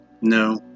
No